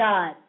God